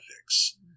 ethics